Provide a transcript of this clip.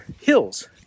hills